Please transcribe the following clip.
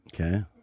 Okay